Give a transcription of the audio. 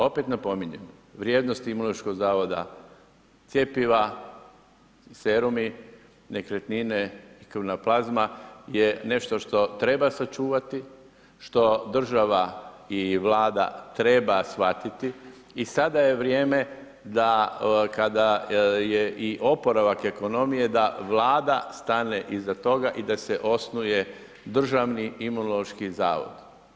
Opet napominjem, vrijednost Imunološkog zavoda, cjepiva, serumi, nekretnine, krvna plazma, je nešto što treba sačuvati, što država i vlada treba shvatiti i sada je vrijeme, da kada je oporavak ekonomije, da Vlada stane oko toga i da se osnuje Državni imunološki zavod.